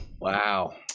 Wow